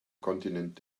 kontinent